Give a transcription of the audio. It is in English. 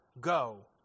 Go